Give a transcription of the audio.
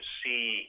see